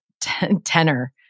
tenor